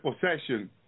possession